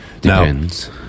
Depends